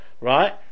right